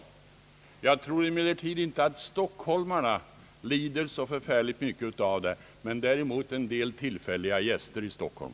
Jag tror emellertid inte att stockholmarna lider så mycket av förhållandena här, men däremot en del tillfälliga gäster i Stockholm.